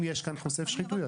אם יש כאן חושף שחיתויות.